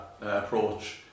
approach